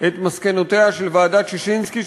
את מסקנותיה של ועדת ששינסקי,